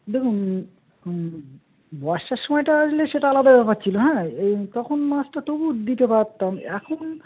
দেখুন বর্ষার সময়টা আসলে সেটা আলাদা ব্যাপার ছিলো হ্যাঁ এই তখন মাছটা তবু দিতে পারতাম এখন